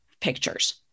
pictures